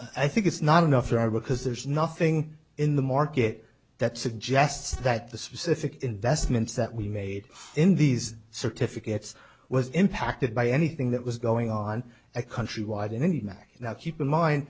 i think it's not enough there are because there's nothing in the market that suggests that the specific investments that we made in these certificates was impacted by anything that was going on a countrywide in any mac now keep in mind